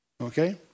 Okay